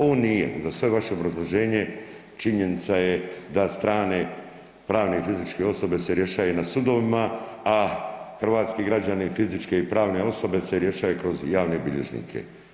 On nije uza sve vaše obrazloženje činjenica je da strane pravne i fizičke osobe se rješaje na sudovima, a hrvatski građani fizičke i pravne osobe se rješaje kroz javne bilježnike.